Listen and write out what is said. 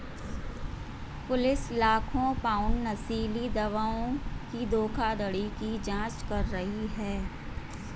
police लाखों pound नशीली दवाओं की धोखाधड़ी की जांच कर रही है